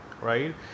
right